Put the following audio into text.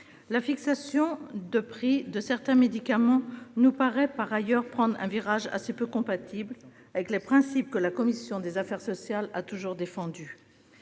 La fixation des prix de certains médicaments nous paraît par ailleurs prendre un virage assez peu compatible avec les principes que la commission des affaires sociales a toujours défendus.